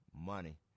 money